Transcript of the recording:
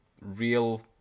real